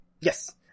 Yes